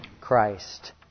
Christ